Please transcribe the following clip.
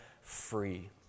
free